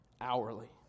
hourly